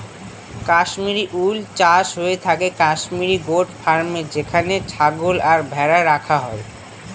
কাশ্মিরী উল চাষ হয়ে থাকে কাশ্মির গোট ফার্মে যেখানে ছাগল আর ভেড়া রাখা হয়